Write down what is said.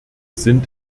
sind